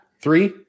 three